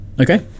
Okay